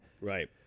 Right